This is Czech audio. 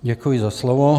Děkuji za slovo.